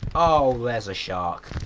ohhhh there's a shark!